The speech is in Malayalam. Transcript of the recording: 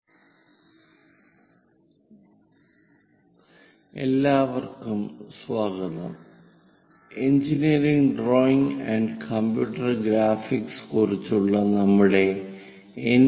കോണിക് സെക്ഷൻസ് - XI എല്ലാവർക്കും സ്വാഗതം engineering drawing and computer graphics കുറിച്ചുള്ള നമ്മുടെ എൻ